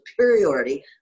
superiority